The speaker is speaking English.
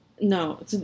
no